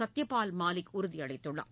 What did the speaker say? சத்யபால் மாலிக் உறுதியளித்துள்ளார்